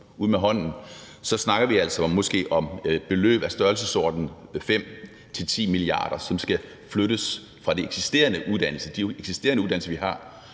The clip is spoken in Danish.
pladser, og vi snakker måske om et beløb i størrelsesordenen 5-10 mia. kr., som skal flyttes fra de eksisterende uddannelser, vi har.